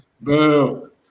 Boom